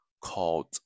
called